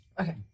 Okay